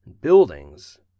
Buildings